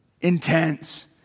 Intense